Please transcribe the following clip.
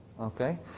Okay